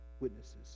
Witnesses